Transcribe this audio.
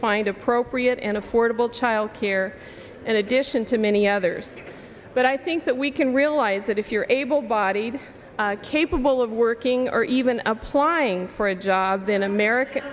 find appropriate and affordable child care in addition to many others but i think that we can realize that if you're able bodied capable of working or even applying for a job in america